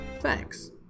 Thanks